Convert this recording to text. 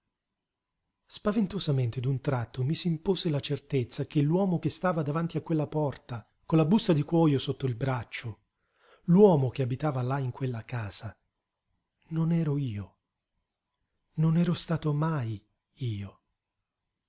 spaventosamente d'un tratto mi s'impose la certezza che l'uomo che stava davanti a quella porta con la busta di cuojo sotto il braccio l'uomo che abitava là in quella casa non ero io non ero stato mai io